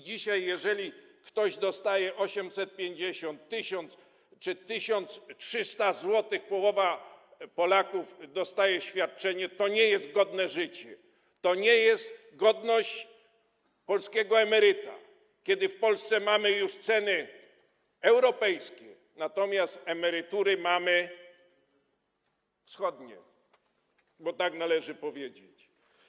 Dzisiaj, jeżeli ktoś dostaje 850, 1000 czy 1300 zł - połowa Polaków dostaje takie świadczenie - to nie jest to godne życie, to nie jest godność polskiego emeryta, kiedy w Polsce mamy już ceny europejskie, natomiast emerytury mamy wschodnie, bo tak należy powiedzieć.